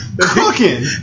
cooking